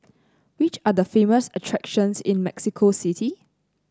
which are the famous attractions in Mexico City